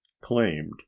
claimed